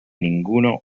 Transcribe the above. ninguno